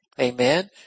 amen